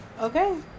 okay